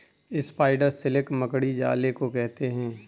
spider silk मकड़ी जाले को कहते हैं